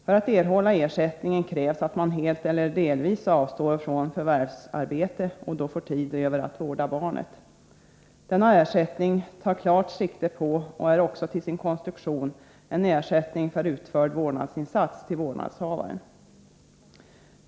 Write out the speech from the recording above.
För att erhålla ersättningen krävs att man helt eller delvis avstår från förvärvsarbete och då får tid över att vårda barnet. Denna ersättning tar klart sikte på och är också till sin konstruktion en ersättning för utförd vårdnadsinsats till vårdnadshavaren.